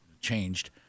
changed